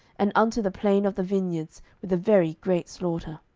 and unto the plain of the vineyards, with a very great slaughter.